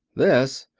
this?